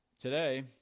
today